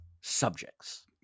subjects